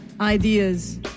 ideas